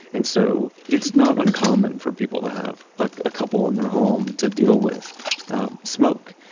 and so it's not uncommon for people to have a couple in their home to deal with smoke.